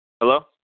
Hello